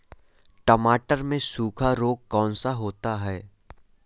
टमाटर में सूखा रोग कौन सा होता है?